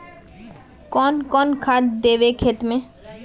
कौन कौन खाद देवे खेत में?